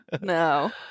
No